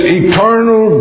eternal